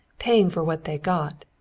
paying for what they got,